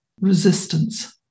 resistance